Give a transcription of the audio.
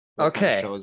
okay